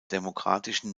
demokratischen